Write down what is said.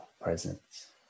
presence